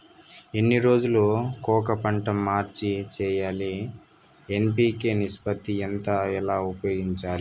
ఎన్ని రోజులు కొక పంట మార్చి సేయాలి ఎన్.పి.కె నిష్పత్తి ఎంత ఎలా ఉపయోగించాలి?